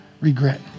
regret